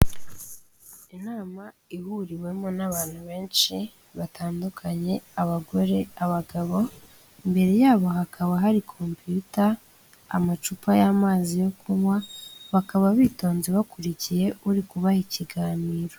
Inama ihuriwemo n'abantu benshi batandukanye abagore, abagabo; imbere yabo hakaba hari copiyuta, amacupa y'amazi yo kunyw; bakaba bitonze bakurikiye uri kubaha ikiganiro.